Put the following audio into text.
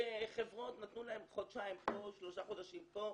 שחברות נתנו להם חודשיים פה, שלושה חודשים פה,